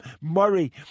Murray